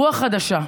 רוח חדשה.